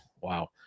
wow